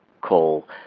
call